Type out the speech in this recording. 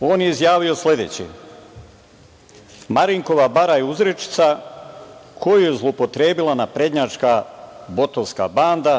on je izjavio sledeće: „Marinkova bara je uzrečica koju je zloupotrebila naprednjačka botovska banda.